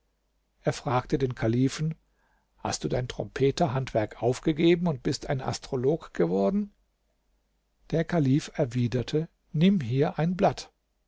er fragte den kalifen hast du dein trompeter handwerk aufgegeben und bist ein astrolog geworden der kalif erwiderte nimm hier ein blatt